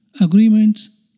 agreements